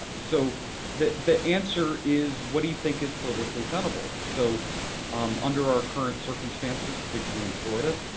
ah so the the answer is what do you think is politically tenable? so um under our current circumstances, particularly in florida,